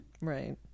Right